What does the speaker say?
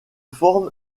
forme